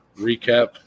recap